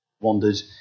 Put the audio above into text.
wandered